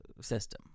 system